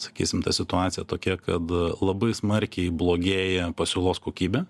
sakysim ta situacija tokia kad labai smarkiai blogėja pasiūlos kokybė